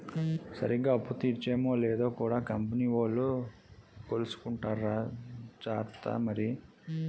సరిగ్గా అప్పు తీర్చేమో లేదో కూడా కంపెనీ వోలు కొలుసుకుంటార్రా జార్త మరి